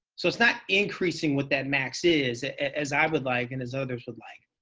so it's not increasing what that max is, as i would like. and as others would like.